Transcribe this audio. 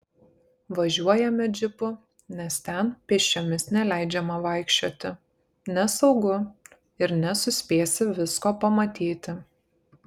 važiuojame džipu nes ten pėsčiomis neleidžiama vaikščioti nesaugu ir nesuspėsi visko pamatyti